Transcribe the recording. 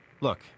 Look